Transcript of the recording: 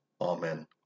Amen